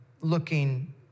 looking